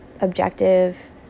objective